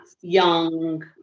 young